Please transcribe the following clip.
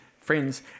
friends